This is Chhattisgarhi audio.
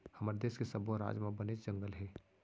हमर देस के सब्बो राज म बनेच जंगल हे